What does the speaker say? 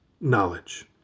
knowledge